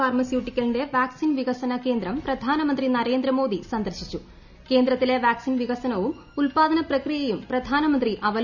ഫാർമസ്യൂട്ടിക്കലിന്റെ vaccine വികസന കേന്ദ്രം പ്രധാനമന്ത്രി നരേന്ദ്ര മോദി സന്ദർശിച്ചു കേന്ദ്രത്തില്ലെട്രപ്പാക്സിൻ വികസനവും ഉൽപാദന് പ്രഖ്കിയയും പ്രധാനമന്ത്രി അവല്ലോക്നം ചെയ്തു